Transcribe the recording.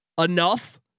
enough